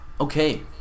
Okay